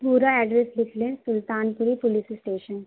پورا ایڈریس لکھ لیں سلطانپوری پولیس اسٹیشن